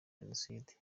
jenoside